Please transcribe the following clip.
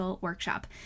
workshop